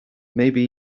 maybe